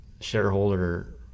shareholder